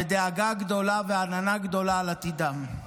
ודאגה גדולה ועננה גדולה על עתידם.